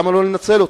למה לא לנצל אותו?